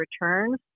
returns